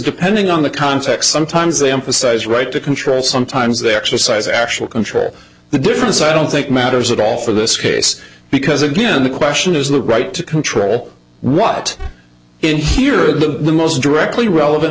depending on the context sometimes they emphasize right to control sometimes they exercise actual control the difference i don't think matters at all for this case because again the question is the right to control what in here are the most directly relevant